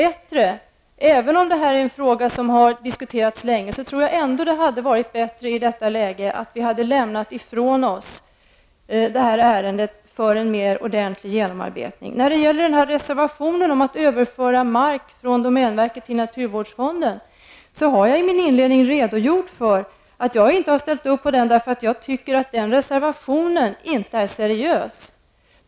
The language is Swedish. Även om det här är en fråga som har diskuterats länge, tror jag ändå att det i detta läge hade varit bättre om vi hade lämnat ifrån oss detta ärende för en mer ordentlig genomarbetning. När det gäller reservationen om att överföra mark från domänverket till naturvårdsfonden har jag i min inledning redogjort för att jag inte har ställt mig bakom den på grund av att jag anser att den reservationen inte är seriös.